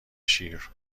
شیر